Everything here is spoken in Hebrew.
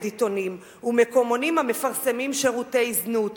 עיתונים ומקומונים המפרסמים שירותי זנות.